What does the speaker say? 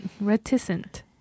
reticent